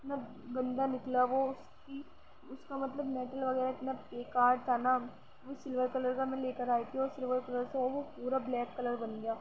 اتنا گندہ نکلا وہ اس کی اس کا مطلب میٹل وغیرہ اتنا بیکار تھا نہ وہ سلور کلر کا میں لے کر آئی تھی اور سلور کلر سے اب وہ پورا بلیک کلر بن گیا